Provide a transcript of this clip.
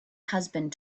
husband